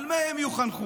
על מה הם יחונכו?